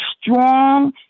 strong